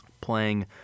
playing